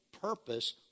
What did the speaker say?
purpose